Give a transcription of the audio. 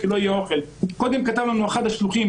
כי לא יהיה אוכל קודם כתב לנו אחד השלוחים,